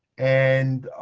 and